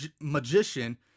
magician